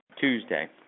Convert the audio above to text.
Tuesday